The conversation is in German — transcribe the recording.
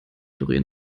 doreen